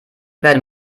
werden